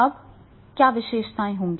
अब क्या विशेषताएं होंगी